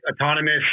autonomous